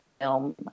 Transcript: film